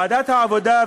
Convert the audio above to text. ועדת העבודה,